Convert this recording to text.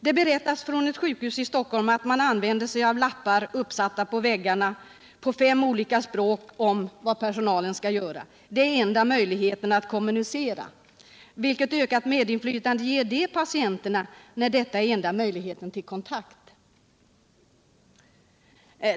Det berättas från ett sjukhus i Stockholm att man använder sig av lappar om vad personalen skall göra, som är uppsatta på väggarna och skrivna på fem olika språk. Det är enda möjligheten att kommunicera. Vilket ökat medinflytande får patienterna, när detta är enda möjligheten till kontakt?